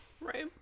Right